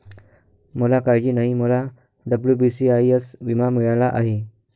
मला काळजी नाही, मला डब्ल्यू.बी.सी.आय.एस विमा मिळाला आहे